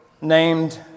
named